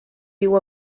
viu